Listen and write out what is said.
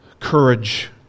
courage